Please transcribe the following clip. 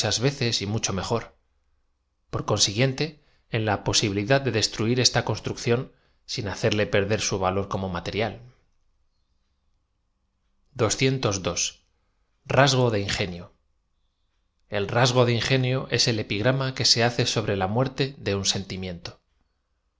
veces y mucho mejor por consiguiente en la posibilidad de deatruir esta construcción sin hacerle perder su valo r como material de ingenio el rasgo de ingenio es el epigram a que se hace sobre la muerte de un sentimiento